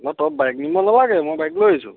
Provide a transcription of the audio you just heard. মই তই বাইক নিব নালাগে মই বাইক লৈ আহিছোঁ